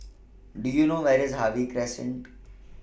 Do YOU know Where IS Harvey Crescent